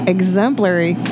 Exemplary